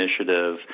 initiative